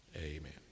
Amen